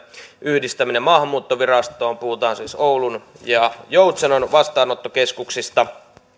yhdistäminen maahanmuuttovirastoon puhutaan siis oulun ja joutsenon vastaanottokeskuksista